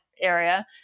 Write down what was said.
area